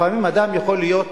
לפעמים אדם יכול להיות